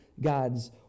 God's